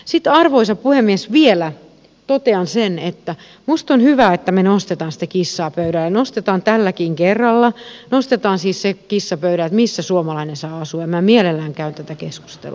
sitten arvoisa puhemies vielä totean sen että minusta on hyvä että me nostamme sitä kissaa pöydälle nostamme tälläkin kerralla nostamme siis sen kissan pöydälle missä suomalainen saa asua ja minä mielellään käyn tätä keskustelua